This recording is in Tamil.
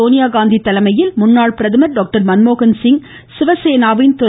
சோனியா காந்தி தலைமையில் முன்னாள் பிரதமர் டாக்டர் மன்மோகன் சிங் சிவசேனாவின் திரு